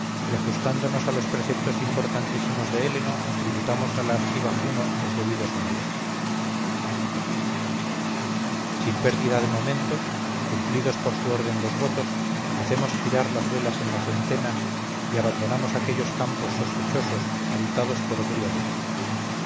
y ajustándonos a los preceptos importantísimos de héleno tributamos a la argiva juno los debidos honores sin pérdida de momento cumplidos por su orden los votos hacemos girar las velas en las entenas y abandonamos aquellos campos sospechosos habitados por griegos